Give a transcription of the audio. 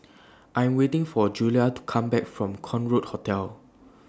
I Am waiting For Julia to Come Back from Concorde Hotel